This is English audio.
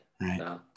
Right